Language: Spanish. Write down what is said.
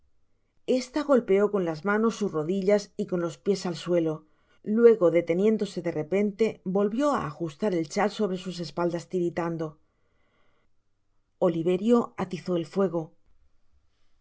esta golpeó con las manos sus rodillas y con los pies el suelo luego deteniéndose de repente volvió á ajustar el chal sobre sus espaldas titiritando oliverio atizó el fuego la